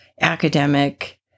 academic